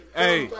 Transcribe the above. hey